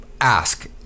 ask